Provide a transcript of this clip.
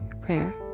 prayer